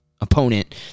opponent